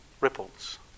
ripples